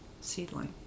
seedling